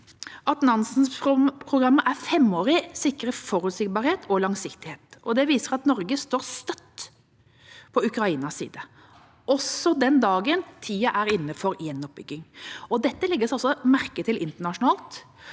Nansen-programmet er femårig, sikrer forutsigbarhet og langsiktighet, og det viser at Norge står støtt på Ukrainas side, også den dagen tida er inne for gjenoppbygging. Dette legges merke til internasjonalt